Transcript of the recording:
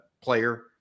player